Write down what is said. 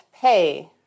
pay